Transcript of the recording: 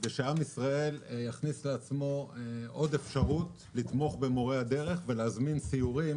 כדי שעם ישראל יכניס לעצמו עוד אפשרות לתמוך במורי הדרך ולהזמין סיורים